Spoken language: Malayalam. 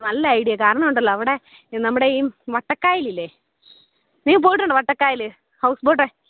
നല്ല ഐഡിയ കാരണമുണ്ടല്ലൊ അവിടെ നമ്മുടെ ഈ വട്ടക്കായൽ ഇല്ലെ നീ പോയിട്ടുണ്ടൊ വട്ടക്കായൽ ഹൗസ്ബോട്ട്